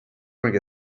bring